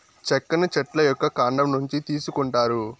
చెక్కను చెట్ల యొక్క కాండం నుంచి తీసుకొంటారు